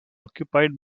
occupied